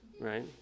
right